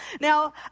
Now